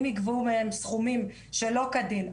אם יגבו מהם סכומים שלא כדין,